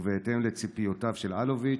ובהתאם לציפיותיו של אלוביץ',